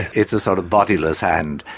it's a sort of bodiless hand.